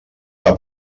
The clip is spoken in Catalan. que